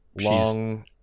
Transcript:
long